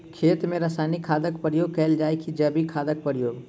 खेत मे रासायनिक खादक प्रयोग कैल जाय की जैविक खादक प्रयोग?